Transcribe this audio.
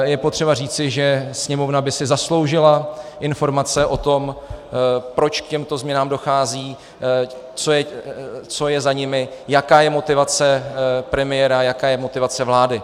Je potřeba říci, že Sněmovna by si zasloužila informace o tom, proč k těmto změnám dochází, co je za nimi, jaká je motivace premiéra, jaká je motivace vlády.